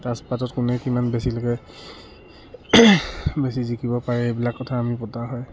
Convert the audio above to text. তাছপাতত কোনে কিমান বেছি লাগে বেছি জিকিব পাৰে এইবিলাক কথা আমি পতা হয়